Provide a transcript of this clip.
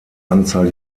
anzahl